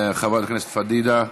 חברת הכנסת פדידה,